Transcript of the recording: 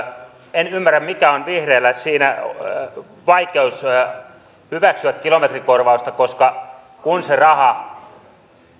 en ymmärrä mikä on vihreillä vaikeus hyväksyä kilometrikorvausta koska kun se raha